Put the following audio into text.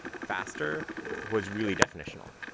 faster was really definitional.